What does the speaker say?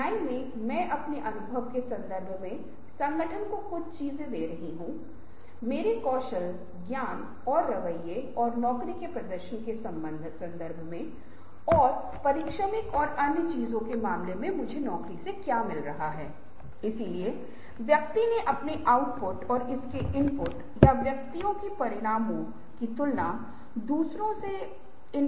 एक रचनात्मक जलवायु के निर्माण में संगठनात्मक संरचनाओं संचार नीतियों और प्रक्रियाओं इनाम और मान्यता प्रणालियों प्रशिक्षण नीति प्रशिक्षण पॉलिसियों लेखा और माप प्रणालियों और विकास रणनीति का व्यवस्थित विकास शामिल है